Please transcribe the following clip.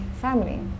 family